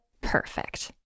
perfect